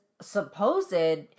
supposed